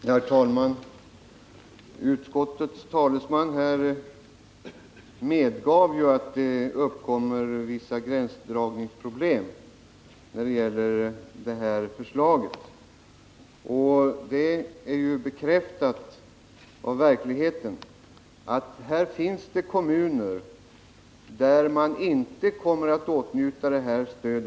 Herr talman! Utskottets talesman medgav att det uppkommer vissa gränsdragningsproblem genom detta förslag. Verkligheten har bekräftat att det finns kommuner som inte kommer att åtnjuta detta stöd.